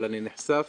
אבל אני נחשף